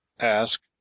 ask